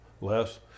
less